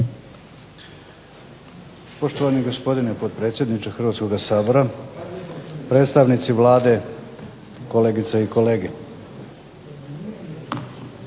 Poštovani gospodine potpredsjedniče Hrvatskoga sabora, predstavnici Vlade, kolegice i kolege.